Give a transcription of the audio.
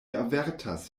avertas